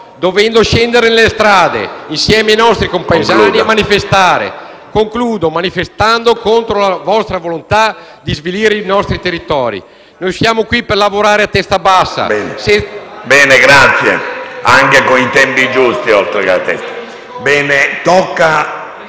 dovendo scendere nelle strade, insieme ai nostri compaesani, a manifestare, manifestando contro la vostra volontà di svilire i nostri territori. Noi siamo qui per lavorare a testa bassa...